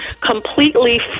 completely